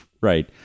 right